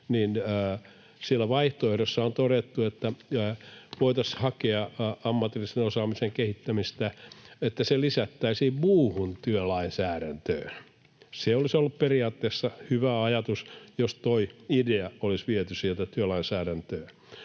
siellä vaihtoehdossa on todettu, että voitaisiin hakea ammatillisen osaamisen kehittämistä niin, että se lisättäisiin muuhun työlainsäädäntöön. Se olisi ollut periaatteessa hyvä ajatus, jos tuo idea olisi viety sieltä työlainsäädäntöön.